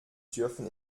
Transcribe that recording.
dürfen